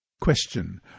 Question